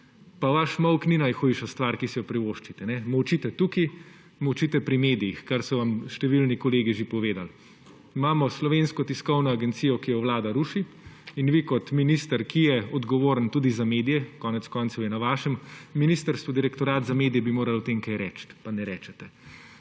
Pa vaš molk ni najhujša stvar, ki si jo privoščite. Molčite tukaj, molčite pri medijih, kar so vam številni kolegi že povedali. Imamo Slovensko tiskovno agencijo, ki jo Vlada ruši, in vi kot minister, ki je odgovoren tudi za medije, konec koncev je na vašem ministrstvu Direktorat za medije, bi morali o tem kaj reči, pa ne rečete.